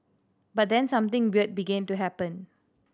but then something weird began to happen